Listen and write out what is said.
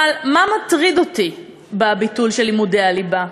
אבל מה מטריד אותי בביטול של לימודי הליבה?